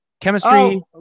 chemistry